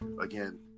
Again